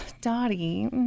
Dottie